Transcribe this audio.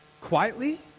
quietly